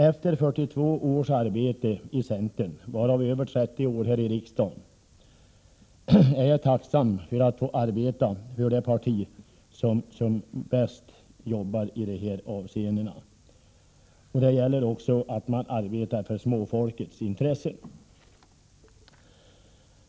Efter 42 års arbete i centern, varav över 30 år här i riksdagen, är jag tacksam över att få arbeta för det parti som arbetar bäst i de här avseendena. Det gäller också arbetet för småfolkets intressen.